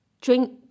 drink